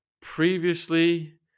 previously